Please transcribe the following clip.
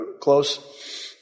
close